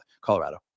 Colorado